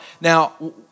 now